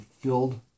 filled